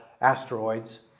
asteroids